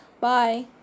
Bye